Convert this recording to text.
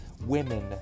women